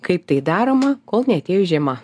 kaip tai daroma kol neatėjo žiema